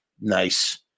Nice